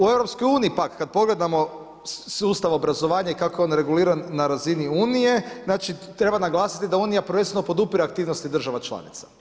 U EU, kad pogledamo sustav obrazovanja i kako je on reguliran na razini Unije, znači treba naglasiti da Unije prvenstveno podupire aktivnosti država članica.